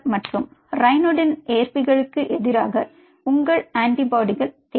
R மற்றும் ryanodine ஏற்பிகளுக்கு எதிராக உங்கள் ஆன்டிபாடிகள் தேவை